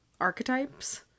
archetypes